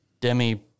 Demi